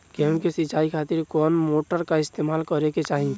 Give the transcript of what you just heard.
गेहूं के सिंचाई खातिर कौन मोटर का इस्तेमाल करे के चाहीं?